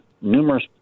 numerous